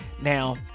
now